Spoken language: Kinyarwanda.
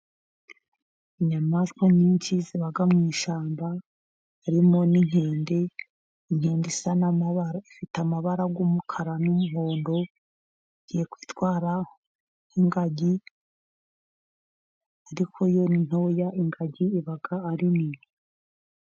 Inyamaswa nyinshi ziba mu ishyamba, harimo n'inkende, inkende isa ifite amabara y'umukara n'umuhondo, igiye kwitwara nk'ingagi, ariko yo ntoya, ingagi ibag ari nini.